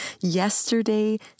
yesterday